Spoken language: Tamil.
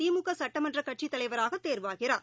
திமுகசட்டமன்றகட்சிதலைவராகதேர்வாகிறார்